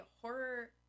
horror